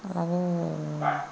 అవి